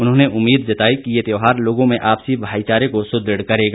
उन्होंने उम्मीद जताई कि ये त्यौहार लोगों में आपसी भाईचारे को सुदृढ़ करेगा